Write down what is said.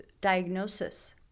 diagnosis